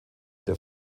der